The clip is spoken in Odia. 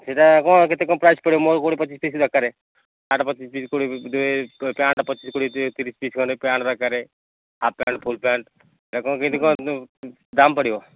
ସେଟା କ'ଣ କେତେ କ'ଣ ପ୍ରାଇସ୍ ପଡ଼ିବ ମୋର କୋଡ଼ିଏ ପଚିଶ ପିସ୍ ଦରକାର ସାର୍ଟ୍ ପଚିଶ ପିସ୍ କୋଡ଼ିଏ ଏ ପ୍ୟାଣ୍ଟ୍ ପଚିଶ କୋଡ଼ିଏ ତିରିଶ ପିସ୍ ଖଣ୍ଡେ ପ୍ୟାଣ୍ଟ୍ ଦରକାର ହାପ୍ ପ୍ୟାଣ୍ଟ୍ ଫୁଲ୍ ପ୍ୟାଣ୍ଟ୍ କ'ଣ କେମିତି କ'ଣ ଦାମ୍ ପଡ଼ିବ